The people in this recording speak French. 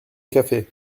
café